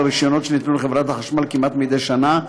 הרישיונות שניתנו לחברת החשמל כמעט מדי שנה,